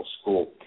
school